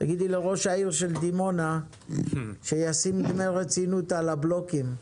תגידי לראש העיר של דימונה שישים דמי רצינות על הבלוקים.